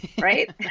right